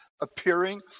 appearing